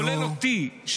כולל אותי,